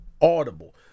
Audible